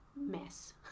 mess